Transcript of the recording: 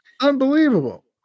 unbelievable